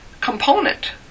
component